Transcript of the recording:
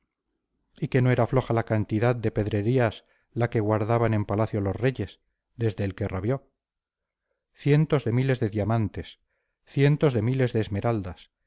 y que no era floja cantidad de pedrerías la que guardaban en palacio los reyes desde el que rabió cientos de miles de diamantes cientos de miles de esmeraldas